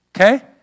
okay